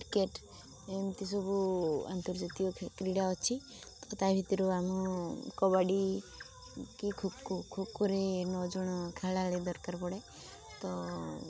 cricket ଏମିତି ସବୁ ଆନ୍ତର୍ଜାତୀୟ କ୍ରୀଡ଼ା ଅଛି ତା ଭିତରୁ ଆମ କବାଡ଼ି କି ଖୋ ଖୋ ଖୋ ଖୋରେ ନଅ ଜଣ ଖେଳାଳି ଦରକାର ପଡ଼େ ତ